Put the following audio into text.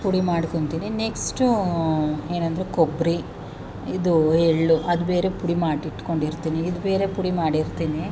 ಪುಡಿ ಮಾಡ್ಕೊಳ್ತೀನಿ ನೆಕ್ಸ್ಟೂ ಏನೆಂದ್ರೆ ಕೊಬ್ಬರಿ ಇದು ಎಳ್ಳು ಅದು ಬೇರೆ ಪುಡಿ ಮಾಡಿ ಇಟ್ಕೊಂಡಿರ್ತೀನಿ ಇದು ಬೇರೆ ಪುಡಿ ಮಾಡಿರ್ತೀನಿ